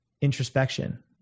introspection